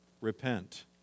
repent